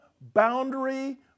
boundary